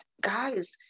guys